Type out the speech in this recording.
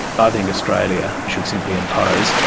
but think australia should simply impose,